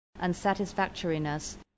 unsatisfactoriness